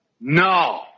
No